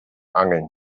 angeln